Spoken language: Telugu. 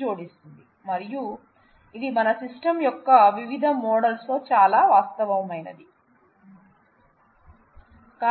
జోడిస్తుంది మరియు ఇది మన సిస్టమ్ యొక్క వివిధ మోడల్స్ లో చాలా వాస్తవమైనది